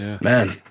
man